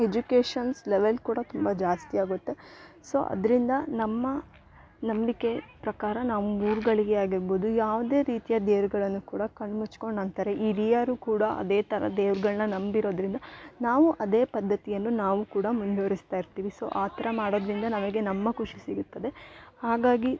educations level ಕೂಡ ತುಂಬ ಜಾಸ್ತಿ ಆಗುತ್ತೆ ಸೊ ಅದರಿಂದ ನಮ್ಮ ನಂಬಿಕೆ ಪ್ರಕಾರ ನಮ್ಮ ಊರುಗಳಿಗೆ ಆಗಿರ್ಬೋದು ಯಾವುದೇ ರೀತಿಯ ದೇವ್ರುಗಳನ್ನು ಕೂಡ ಕಣ್ಣು ಮುಚ್ಕೊಂಡು ನಂಬ್ತಾರೆ ಹಿರಿಯರು ಕೂಡ ಅದೇ ಥರ ದೇವ್ರುಗಳ್ನ ನಂಬಿರೋದರಿಂದ ನಾವು ಅದೇ ಪದ್ದತಿಯನ್ನು ನಾವು ಕೂಡ ಮುಂದುವರಿಸ್ತಾ ಇರ್ತೀವಿ ಸೊ ಆ ಥರ ಮಾಡೋದರಿಂದ ನಮಗೆ ನಮ್ಮ ಖುಷಿ ಸಿಗುತ್ತದೆ ಹಾಗಾಗಿ